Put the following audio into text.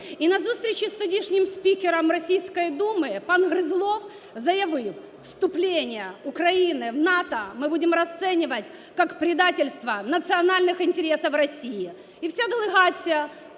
І на зустрічі з тодішнім спікером Російської Думи пан Гризлов заявив: "вступление Украины в НАТО мы будем расценивать как предательство национальных интересов России".